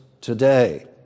today